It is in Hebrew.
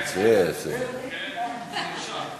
החלטת ועדת הכספים בדבר תיקון טעות בחוק